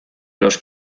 los